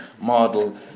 model